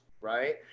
right